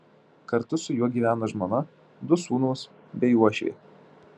kartu su juo gyvena žmona du sūnūs bei uošvė